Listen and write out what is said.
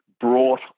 brought